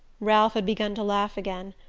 ralph had begun to laugh again.